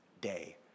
day